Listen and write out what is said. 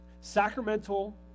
Sacramental